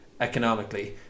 economically